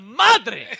madre